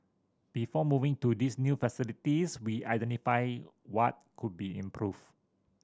before moving to this new facilities we identified what could be improved